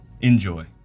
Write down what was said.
Enjoy